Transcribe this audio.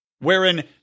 wherein